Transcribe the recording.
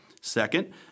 Second